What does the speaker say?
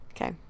Okay